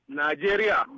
nigeria